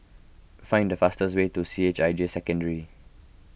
find the fastest way to C H I J Secondary